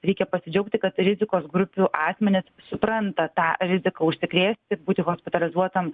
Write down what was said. reikia pasidžiaugti kad rizikos grupių asmenys supranta tą riziką užsikrėsti būti hospitalizuotam